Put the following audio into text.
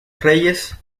reyes